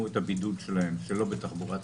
את הבידוד שלהם שלא בתחבורה ציבורית.